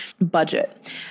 Budget